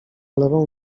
lewą